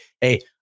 hey